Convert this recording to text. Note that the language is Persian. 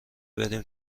بریم